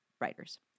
writers